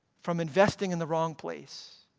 from investing in the wrong place,